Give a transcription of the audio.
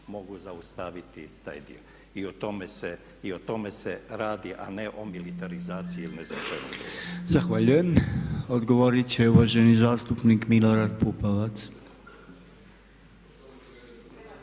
mogu zaustaviti taj dio. I o tome se radi, a ne o militarizaciji ili ne znam čemu drugome. **Podolnjak, Robert (MOST)** Zahvaljujem. Odgovorit će uvaženi zastupnik Milorad Pupovac.